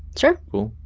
sure. cool.